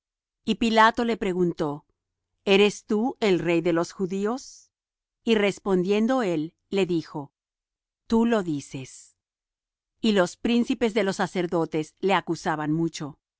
y pilato le preguntó eres tú el rey de los judíos y respondiendo él le dijo tú lo dices y los príncipes de los sacerdotes le acusaban mucho